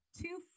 two